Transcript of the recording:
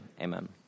amen